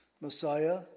Messiah